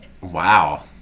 Wow